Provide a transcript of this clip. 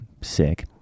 sick